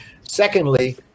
Secondly